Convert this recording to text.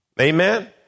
Amen